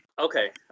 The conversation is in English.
Okay